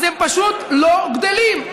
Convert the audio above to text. אז הם פשוט לא גדלים.